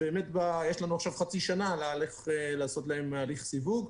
יש לנו עכשיו חצי שנה לעשות להם הליך סיווג.